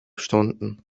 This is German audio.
stunden